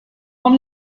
von